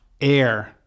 Air